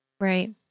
right